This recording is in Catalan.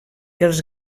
els